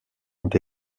ont